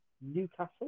Newcastle